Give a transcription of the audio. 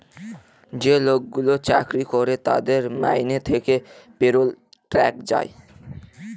যে লোকগুলো চাকরি করে তাদের মাইনে থেকে পেরোল ট্যাক্স যায়